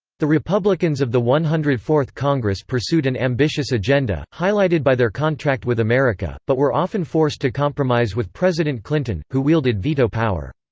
the republicans of the one hundred and fourth congress pursued an ambitious agenda, highlighted by their contract with america, but were often forced to compromise with president clinton, who wielded veto power.